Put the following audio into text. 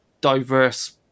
diverse